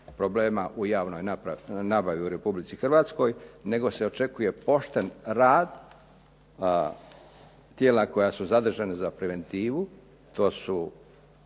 problema u javnoj nabavi u Republici Hrvatskoj, nego se očekuje pošten rad tijela koja su zadržana za preventivu, to su